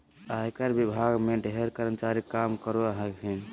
आयकर विभाग में ढेर कर्मचारी काम करो हखिन